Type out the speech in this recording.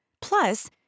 plus